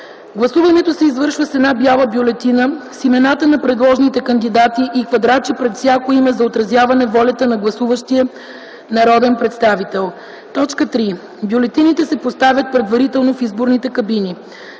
Гласуването се извършва с една бяла бюлетина с имената на предложените кандидати и квадратче пред всяко име за отразяване волята на гласуващия народен представител. 3. Бюлетините се поставят предварително в изборните кабини.